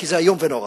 כי זה איום ונורא,